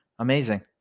Amazing